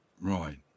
Right